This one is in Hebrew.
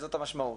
זאת המשמעות,